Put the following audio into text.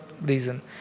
reason